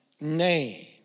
name